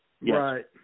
Right